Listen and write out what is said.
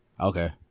Okay